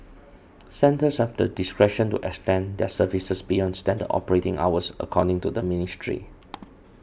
centres have the discretion to extend their services beyond standard operating hours according to the ministry